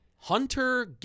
Hunter